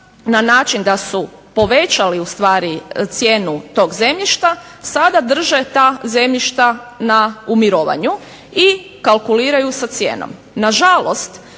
na način da su povećali ustvari cijenu toga zemljišta sada drže ta zemljišta u mirovanju i kalkuliraju sa cijenom. Na žalost,